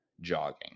jogging